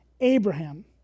Abraham